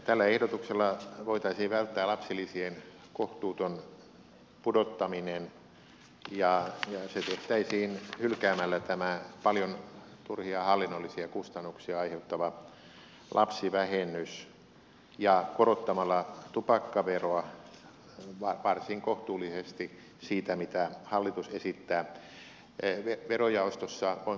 tällä ehdotuksella voitaisiin välttää lapsilisien kohtuuton pudottaminen ja se tehtäisiin hylkäämällä tämä paljon turhia hallinnollisia kustannuksia aiheuttava lapsivähennys ja korottamalla tupakkaveroa varsin kohtuullisesti siitä mitä hallitus esittää